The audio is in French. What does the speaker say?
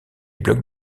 blocs